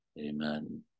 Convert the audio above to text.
amen